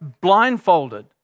blindfolded